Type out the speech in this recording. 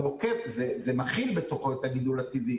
זה מכיל בתוכו את הגידול הטבעי,